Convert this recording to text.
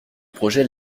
projet